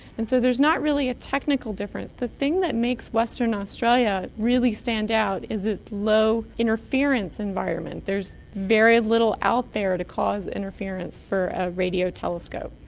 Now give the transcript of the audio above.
and so there's not really a technical difference. the thing that makes western auastralia really stand out is its low interference environment. there's very little out there to cause interference for a radio telescope,